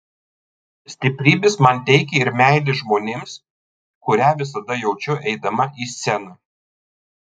stiprybės man teikia ir meilė žmonėms kurią visada jaučiu eidama į sceną